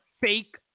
fake